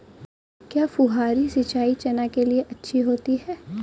क्या फुहारी सिंचाई चना के लिए अच्छी होती है?